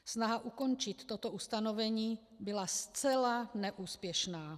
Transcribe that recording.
Snaha ukončit toto ustanovení byla zcela neúspěšná.